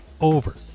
over